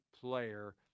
player